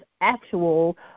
actual